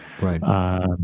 right